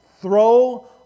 throw